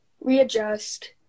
readjust